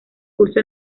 curso